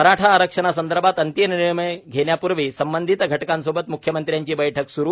मराठा आरक्षणा संदर्भात अंतिम निर्णय घेण्यापूर्वी संबंधित घटकासोबत मृख्यमंत्र्यांची बैठक सुरु